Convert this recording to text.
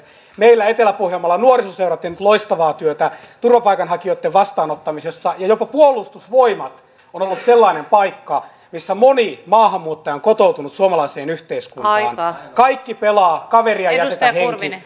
meillä etelä pohjanmaalla on nuorisoseura tehnyt loistavaa työtä turvapaikanhakijoitten vastaanottamisessa ja jopa puolustusvoimat on ollut sellainen paikka missä moni maahanmuuttaja on kotoutunut suomalaiseen yhteiskuntaan kaikki pelaa kaveria ei jätetä henki